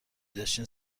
داشتین